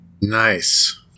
nice